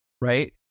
right